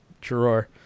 drawer